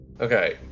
Okay